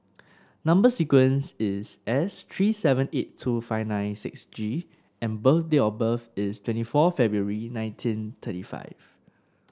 number sequence is S three seven eight two five nine six G and date of birth is twenty four February nineteen thirty five